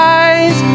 eyes